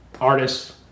artists